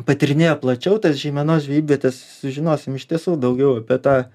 patyrinėję plačiau tas žeimenos žvejybvietes sužinosim iš tiesų daugiau apie tą